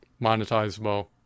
monetizable